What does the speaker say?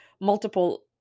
multiple